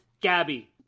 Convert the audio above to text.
gabby